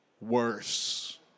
worse